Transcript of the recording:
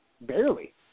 Barely